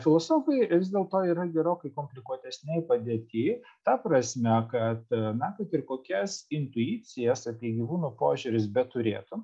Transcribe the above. filosofai ir dėl to yra gerokai komplikuotesnėj padėty ta prasme kad na kad ir kokias intuicijas apie gyvūnų požiūrius beturėtum